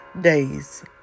days